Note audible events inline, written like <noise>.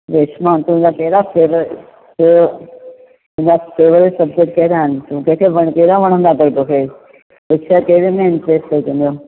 रेशमा तुंहिंजा कहिड़ा फेवरेट <unintelligible> तुंहिंजा फेवरेट सबजेक्ट कहिड़ा आहिनि के के कहिड़ा वणन्दा अथई तोखे <unintelligible> कहिड़े में इंट्रेस्ट अथई तुंहिंजा